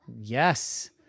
yes